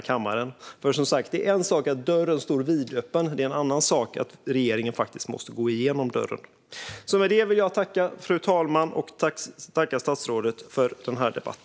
Det är som sagt en sak att dörren står vidöppen; det är en annan sak att regeringen faktiskt måste gå igenom dörren. Med det vill jag tacka fru talman och tacka statsrådet för denna debatt.